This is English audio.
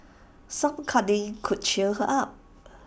some cuddling could cheer her up